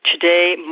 Today